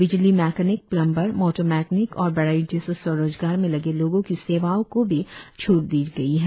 बिजली mechanic plumber motor mechanic और बढई जैसे स्वरोजगार में लगे लोगों की सेवाओं को भी छूट दी गई है